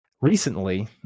recently